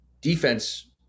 defense